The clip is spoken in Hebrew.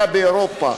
במדינה כלשהי באירופה,